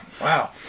wow